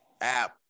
app